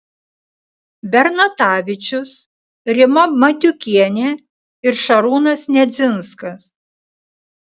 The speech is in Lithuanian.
bernatavičius rima matiukienė ir šarūnas nedzinskas